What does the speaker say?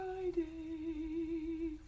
Friday